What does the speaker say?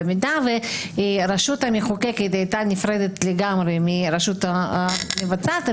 במידה והרשות המחוקקת הייתה נפרדת לגמרי מהרשות המבצעת,